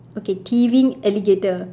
okay thieving alligator